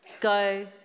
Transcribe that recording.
Go